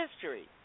history